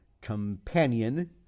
Companion